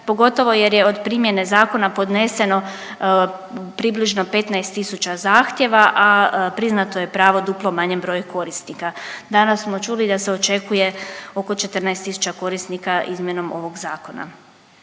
pogotovo jer je od primjene zakona podneseno približno 15000 zahtjeva, a priznato je pravo duplo manjem broju korisnika. Danas smo čuli da se očekuje oko 14000 korisnika izmjenom ovog zakona.